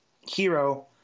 hero